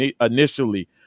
initially